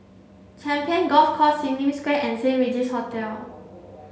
Champions Golf Course Sim Lim Square and Saint Regis Hotel